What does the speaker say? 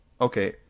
Okay